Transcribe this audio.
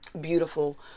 beautiful